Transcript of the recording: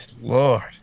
Lord